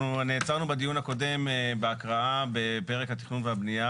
אנחנו נעצרנו בדיון הקודם בהקראה בפרק התכנון והבנייה,